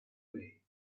way